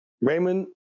Raymond